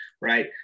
right